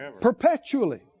Perpetually